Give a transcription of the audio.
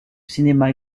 cinéma